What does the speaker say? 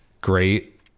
great